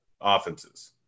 offenses